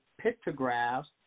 pictographs